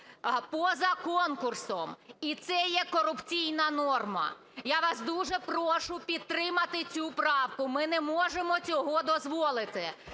поза конкурсом. І це є корупційна норма. Я вас дуже прошу підтримати цю правку. Ми не можемо цього дозволити.